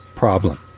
problem